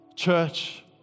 Church